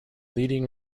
leading